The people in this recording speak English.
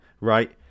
right